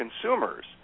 consumers